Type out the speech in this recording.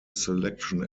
selection